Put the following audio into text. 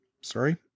sorry